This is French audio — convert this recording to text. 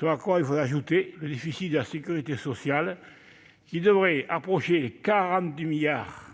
Il faudrait y ajouter le déficit de la sécurité sociale, qui devrait approcher 40 milliards d'euros